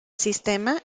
sistema